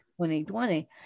2020